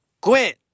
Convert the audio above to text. Quit